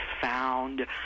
found